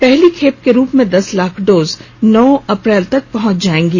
पहली खेप के रूप में दस लाख डोज नौ अप्रैल तक पहंच जाएंगी